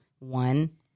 One